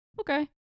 okay